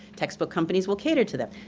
textbook companies will cater to them.